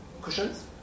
cushions